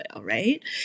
right